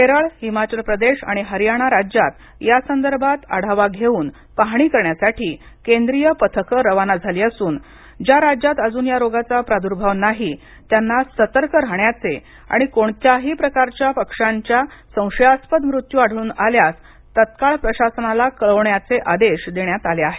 केरळ हिमाचल प्रदेश आणि हरियाणा राज्यात यासंदर्भात आढावा घेऊन पाहणी करण्यासाठी केंद्रीय पथकं रवाना झाली असून ज्या राज्यात अजून या रोगाचा प्रादुर्भाव नाही त्यांना सतर्क राहण्याचे आणि कोणत्याही प्रकारच्या पक्ष्यांच्या संशयास्पद मृत्यू आढळून आल्यास तत्काळ प्रशासनाला कळवण्याचे आदेश देण्यात आले आहेत